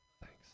Thanks